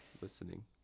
listening